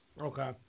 Okay